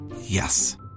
Yes